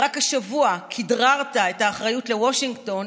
ורק השבוע כדררת את האחריות לוושינגטון,